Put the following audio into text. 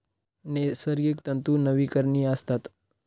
नैसर्गिक तंतू नवीकरणीय असतात